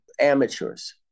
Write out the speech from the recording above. amateurs